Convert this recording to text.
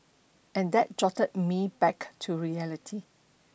and that jolted me back to reality